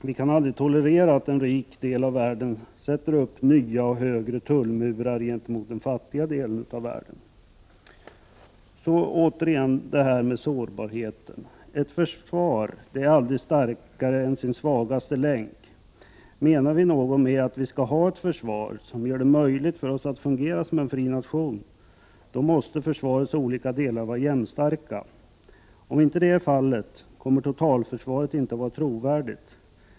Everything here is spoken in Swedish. Vi kan aldrig tolerera att en rik del av världen sätter upp nya och högre tullmurar gentemot den fattiga delen av världen. Så återigen till sårbarheten. Ett försvar är aldrig starkare än sin svagaste länk. Menar vi något med att vi skall ha ett försvar som gör det möjligt för oss att fungera som en fri nation, måste försvarets olika delar vara jämnstarka. Är detta icke fallet kommer totalförsvaret inte att vara trovärdigt.